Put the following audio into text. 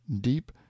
deep